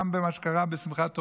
גם במה שקרה בשמחת תורה,